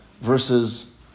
versus